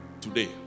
today